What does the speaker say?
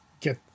get